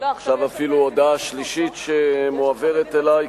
עכשיו אפילו הודעה שלישית שמועברת אלי.